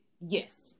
yes